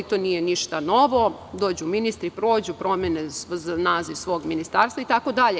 To nije ništa novo - dođu ministri, prođu, promene naziv svog ministarstva itd.